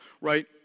right